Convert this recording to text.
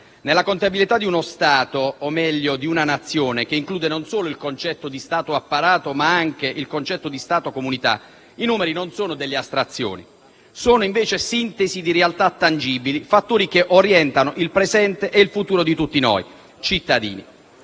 Nella contabilità di uno Stato, o meglio di una Nazione, che include non solo il concetto di Stato-apparato ma anche il concetto di Stato-comunità, i numeri non sono astrazioni: sono, invece, sintesi di realtà tangibili, fattori che orientano il presente e il futuro di tutti noi cittadini.